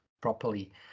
properly